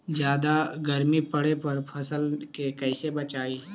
जादा गर्मी पड़े पर फसल के कैसे बचाई?